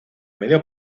medio